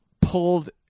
pulled